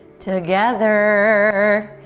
together!